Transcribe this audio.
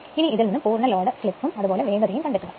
ഇനി ഇതിൽ നിന്നും പൂർണ്ണ ലോഡ് സ്ലിപ്പും വേഗതയും കണ്ടെത്തുക